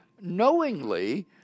knowingly